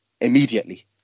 immediately